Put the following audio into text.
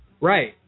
Right